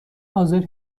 حاضر